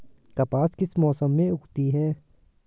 कपास किस मौसम में उगती है?